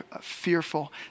fearful